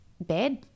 bad